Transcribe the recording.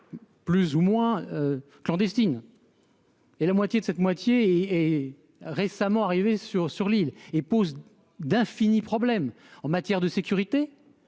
plus ou moins clandestine. Et la moitié de cette moitié et récemment arrivé sur sur l'île et pose d'infinis problèmes en matière de sécurité